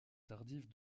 tardives